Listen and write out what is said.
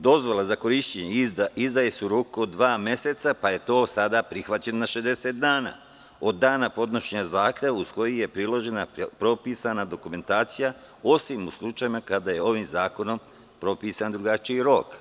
Dozvola za korišćenje izdaje se u roku od dva meseca, pa je to prihvaćeno na 60 dana od dana podnošenja zahteva uz koji je priložena propisana dokumentacija, osim u slučajevima kada je ovim zakonom propisan drugačiji rok.